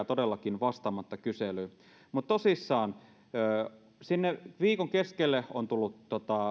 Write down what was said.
todellakin vastaamatta kyselyyn mutta tosissaan sinne viikon keskelle on tullut